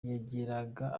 yageraga